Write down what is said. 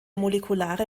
molekulare